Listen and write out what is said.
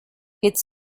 its